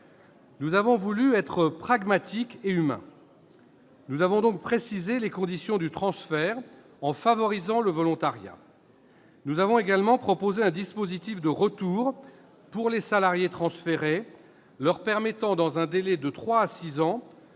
Nous avons voulu être pragmatiques et humains. Nous avons donc précisé les conditions du transfert en favorisant le volontariat. Nous avons également proposé un dispositif de retour permettant aux salariés transférés, dans un délai de trois